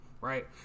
right